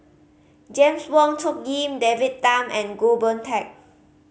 Jame Wong Tuck Yim David Tham and Goh Boon Teck